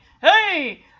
Hey